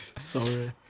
Sorry